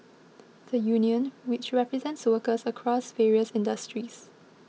the union which represents workers across various industries